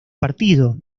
partido